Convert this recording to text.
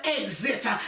exit